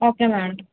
okay madam